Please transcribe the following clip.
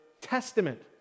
testament